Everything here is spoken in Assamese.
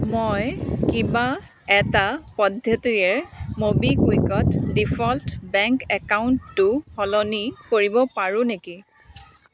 মই কিবা এটা পদ্ধতিৰে ম'বিকুইকত ডিফ'ল্ট বেংক একাউণ্টটো সলনি কৰিব পাৰোঁ নেকি